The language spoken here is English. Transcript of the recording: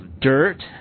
dirt